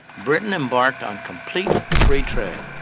britain embarked on complete free trade,